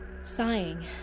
Sighing